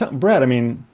ah brett i mean,